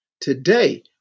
Today